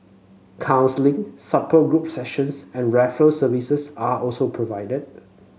counselling support group sessions and services are also provided